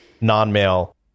non-male